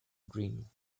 dream